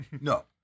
No